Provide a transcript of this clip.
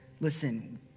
Listen